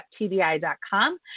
tbi.com